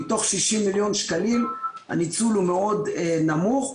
מתוך 60 מיליון שקלים הניצול הוא מאוד נמוך,